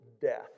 death